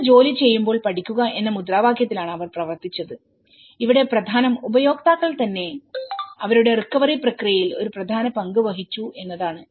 നിങ്ങൾ ജോലി ചെയ്യുമ്പോൾ പഠിക്കുക എന്ന മുദ്രാവാക്യത്തിലാണ് അവർ പ്രവർത്തിച്ചത് ഇവിടെ പ്രധാനം ഉപയോക്താക്കൾ തന്നെ അവരുടെ റിക്കവറി പ്രക്രിയയിൽ ഒരു പ്രധാന പങ്ക് വഹിച്ചു എന്നതാണ്